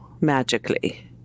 magically